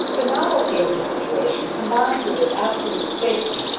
the novelty of the situation, combined with its absolute safety,